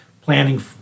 planning